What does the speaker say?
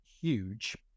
huge